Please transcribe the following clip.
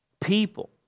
people